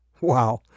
Wow